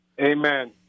Amen